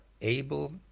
able